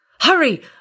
Hurry